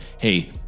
Hey